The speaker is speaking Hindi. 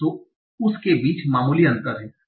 तो उस के बीच मामूली अंतर है